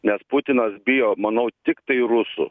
nes putinas bijo manau tiktai rusų